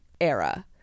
era